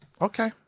Okay